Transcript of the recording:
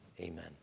Amen